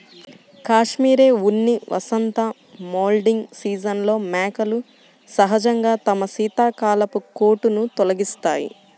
cashmere ఉన్ని వసంత moulting సీజన్లో మేకలు సహజంగా తమ శీతాకాలపు కోటును తొలగిస్తాయి